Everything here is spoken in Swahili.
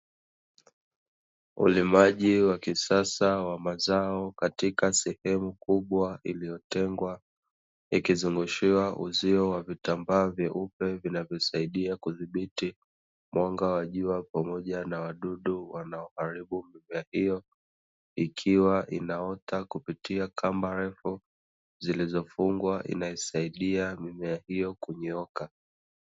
Ulimaji wa kisasa wa mazao katika sehemu kubwa iliyotengwa, ikizungushiwa uzio wa vitambaa vyeupe vinavyosaidia kudhibiti mwanga wa jua pamoja na wadudu wanaoharibu mimea hiyo. Ikiwa inaota kupitia kamba refu zilizofungwa inayosaidia mimea hiyo kunyooka.